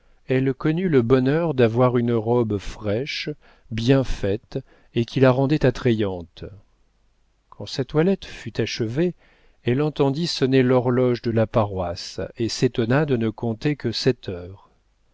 elle connut le bonheur d'avoir une robe fraîche bien faite et qui la rendait attrayante quand sa toilette fut achevée elle entendit sonner l'horloge de la paroisse et s'étonna de ne compter que sept heures